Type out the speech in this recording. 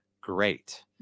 great